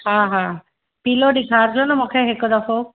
हा हा पीलो ॾेखारिजो न मूंखे हिक दफ़ो